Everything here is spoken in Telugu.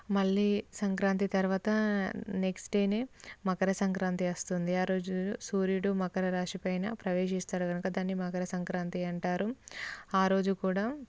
మళ్ళీ సంక్రాంతి తర్వాత నెక్స్ట్ డేనే మకర సంక్రాంతి వస్తుంది ఆ రోజు సూర్యుడు మకరరాశి పైన ప్రవేశిస్తారు కనుక దాన్ని మకర సంక్రాంతి అంటారు ఆ రోజు కూడా